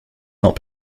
not